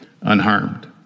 unharmed